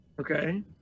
okay